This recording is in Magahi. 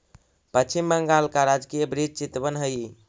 पश्चिम बंगाल का राजकीय वृक्ष चितवन हई